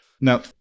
Now